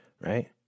right